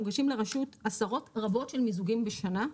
מוגשים לרשות עשרות רבות של מיזוגים בשנה.